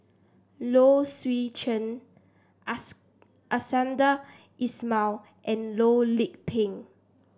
Low Swee Chen Iskandar Ismail and Loh Lik Peng